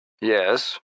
Yes